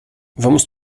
vamos